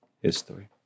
history